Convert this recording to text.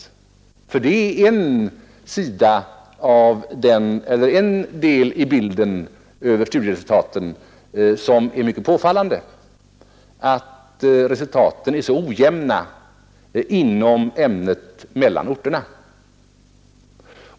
Det är en del i bilden av studieresultaten som är mycket påfallande, att resultaten är så ojämna inom samma ämne på olika orter.